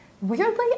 Weirdly